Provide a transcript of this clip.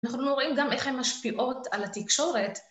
אנחנו רואים גם איך הן משפיעות על התקשורת.